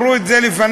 אמרו את זה לפני,